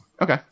Okay